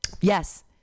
yes